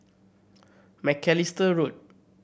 Macalister Road